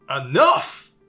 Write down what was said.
Enough